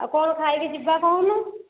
ଆଉ କ'ଣ ଖାଇକି ଯିବା କହୁନ